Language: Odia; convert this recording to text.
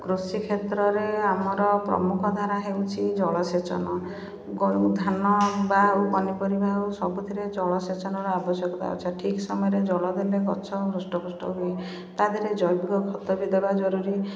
କୃଷି କ୍ଷେତ୍ରରେ ଆମର ପ୍ରମୁଖ ଧାରା ହେଉଛି ଜଳସେଚନ ଧାନ ବା ଆଉ ପନିପରିବା ହେଉ ସବୁଥିରେ ଜଳସେଚନର ଆବଶ୍ୟକତା ଅଛି ଠିକ ସମୟରେ ଜଳ ଦେଲେ ଗଛ ହୃଷ୍ଟପୃଷ୍ଟ ହୁଏ ତା ଦେହରେ ଜୈବିକ ଖତ ବି ଦେବା ଜରୁରୀ